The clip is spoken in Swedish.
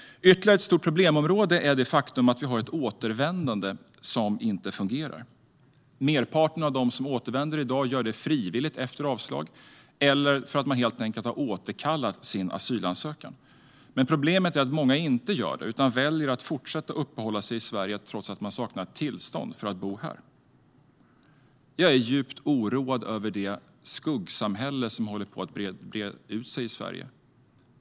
Ytterligare ett stort problemområde är det faktum att vi har ett återvändande som inte fungerar. Merparten av dem som återvänder i dag gör det frivilligt, efter avslag, eller för att de helt enkelt har återkallat sin asylansökan. Problemet är att många inte återvänder utan fortsätter att uppehålla sig i Sverige trots att de saknar tillstånd för att bo här. Jag är djupt oroad över det skuggsamhälle som håller på att breda ut sig i Sverige.